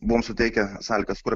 buvom suteikę sąlygas kur